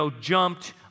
jumped